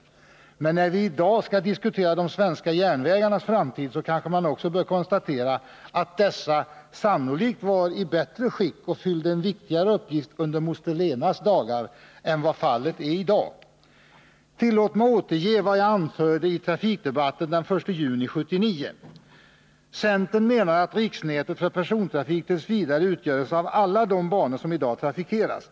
Men när vi i dag skall diskutera de svenska järnvägarnas framtid kanske man också bör konstatera att dessa sannolikt var i bättre skick och fyllde en viktigare uppgift under Moster Lenas dagar än vad fallet är i dag. Tillåt mig återge vad jag anförde i trafikdebatten den 1 juni 1979: ”Centern menar att riksnätet för persontrafik tills vidare utgöres av alla de banor somii dag trafikeras.